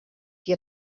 qui